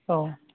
औ